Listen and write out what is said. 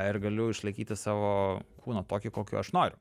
ir galiu išlaikyti savo kūną tokį kokio aš noriu